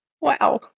Wow